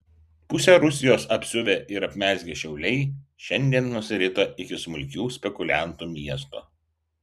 pusę rusijos apsiuvę ir apmezgę šiauliai šiandien nusirito iki smulkių spekuliantų miesto